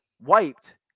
wiped